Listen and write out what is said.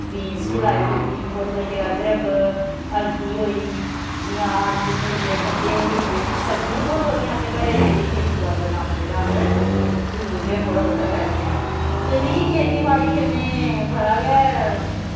बीन बी लाई दी होंदी थोह्ड़े बहुते अदरक हल्दी होई जि'यां आलू होई गे गंढे होई गे सब्जियां बी थोह्ड़ी थोह्ड़ियां असें घरे दी जेह्ड़ी खेती बाड़ी दा कम्म जेह्ड़ा अस जरूर गै थोह्ड़ा बौह्ता करने आं ते मिकी खेती बाड़ी कन्नै बड़ा गै